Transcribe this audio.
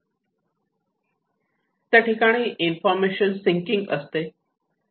त्या ठिकाणी information seeking असते